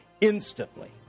instantly